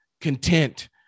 content